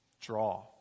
Draw